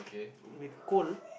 with coal